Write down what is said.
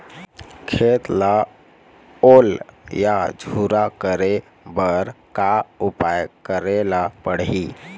खेत ला ओल या झुरा करे बर का उपाय करेला पड़ही?